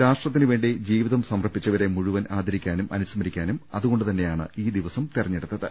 രാഷ്ട്രത്തിനു വേണ്ടി ജീവിതം സമർപ്പിച്ചവരെ മുഴുവൻ ആദരിക്കാനും അനുസ്മരിക്കാനും അതുകൊണ്ടു തന്നെയാണ് ഈ ദിവസം തെരഞ്ഞെടുത്തത്